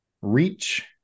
reach